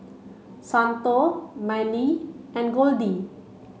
Santo Mylee and Goldie